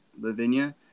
Lavinia